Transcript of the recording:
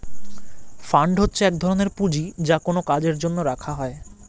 fund হচ্ছে এক ধরনের পুঁজি যা কোনো কাজের জন্য রাখা হয়